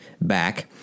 back